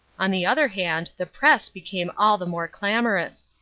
on the other hand the press became all the more clamorous.